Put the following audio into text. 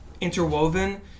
interwoven